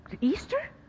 Easter